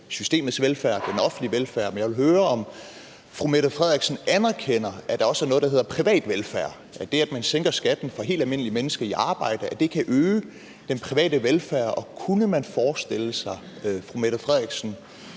systemets velfærd, den offentlige velfærd, men jeg vil høre, om fru Mette Frederiksen anerkender, at der også er noget, der hedder privat velfærd, altså at det, at man sænker skatten for helt almindelige mennesker i arbejde, kan øge den private velfærd. Og kunne man forestille sig, at fru Mette Frederiksen